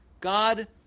God